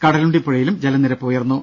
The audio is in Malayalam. കടലുണ്ടി പുഴയിലും ജലനിരപ്പ് ഉയർന്നു